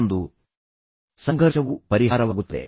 ಪ್ರತಿಯೊಂದು ಸಂಘರ್ಷವೂ ಪರಿಹಾರವಾಗುತ್ತದೆ